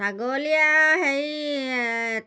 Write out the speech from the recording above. ছাগলীয়ে আৰু হেৰি